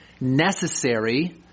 necessary